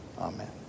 Amen